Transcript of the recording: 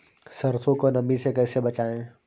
सरसो को नमी से कैसे बचाएं?